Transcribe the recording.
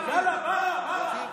יאללה, ברה, ברה.